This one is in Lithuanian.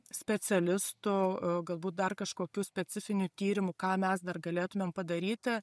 specialistų galbūt dar kažkokių specifinių tyrimų ką mes dar galėtumėm padaryti